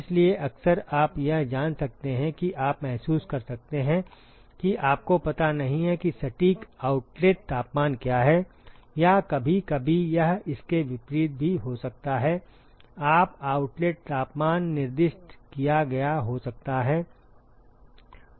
इसलिए अक्सर आप यह जान सकते हैं कि आप महसूस कर सकते हैं कि आपको पता नहीं है कि सटीक आउटलेट तापमान क्या है या कभी कभी यह इसके विपरीत भी हो सकता है